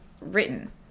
written